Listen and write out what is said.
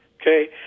okay